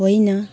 होइन